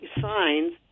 signs